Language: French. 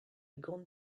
grande